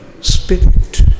spirit